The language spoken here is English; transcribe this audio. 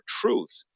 truth